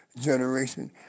generation